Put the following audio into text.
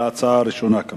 מצביעים על ההצעה הראשונה.